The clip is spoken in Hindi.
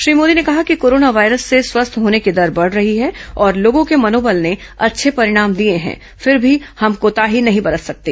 श्री मोदी ने कहा कि कोराना वायरस से स्वस्थ होने की दर बढ़ रही है और लोगों के मनोबल ने अच्छे परिणाम दिए हैं फिर भी हम कोताही नहीं बरत सकते